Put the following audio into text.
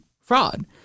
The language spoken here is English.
fraud